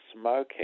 smoking